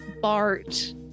bart